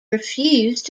refused